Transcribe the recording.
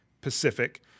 pacific